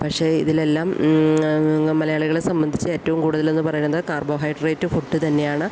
പക്ഷെ ഇതിലെല്ലാം മലയാളികളെ സംബന്ധിച്ച് ഏറ്റവും കൂടുതലെന്ന് പറയുന്നത് കാർബോഹൈഡ്രേറ്റ് ഫുഡ് തന്നെയാണ്